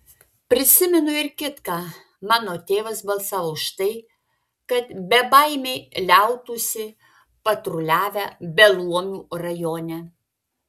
prisimenu ir kitką mano tėvas balsavo už tai kad bebaimiai liautųsi patruliavę beluomių rajone